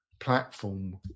platform